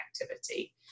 activity